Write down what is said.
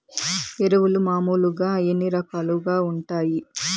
ఎరువులు మామూలుగా ఎన్ని రకాలుగా వుంటాయి?